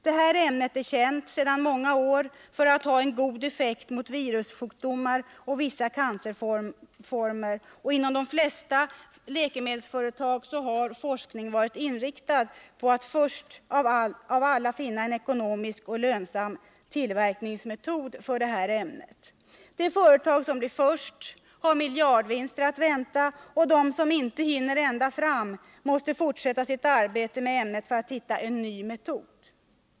Det ämnet är känt sedan många år tillbaka för att ha god effekt mot virussjukdomar och vissa cancerformer, och inom de flesta läkemedelsföretag har forskningen varit inriktad på att först av alla finna en ekonomisk och lönsam metod att tillverka detta ämne. Det företag som blir först har miljardvinster att vänta, och de som inte hinner ända fram måste fortsätta sitt arbete med ämnet för att hitta en ny metod.